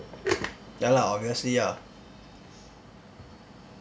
ya lah obviously ah